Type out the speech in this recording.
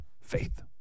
Faith